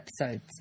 episodes